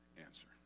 answer